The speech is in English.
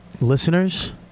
Listeners